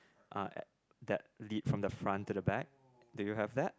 uh at that lead front to the back do you have that